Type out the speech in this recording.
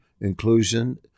inclusion